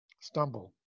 stumble